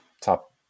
top